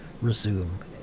resume